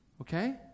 okay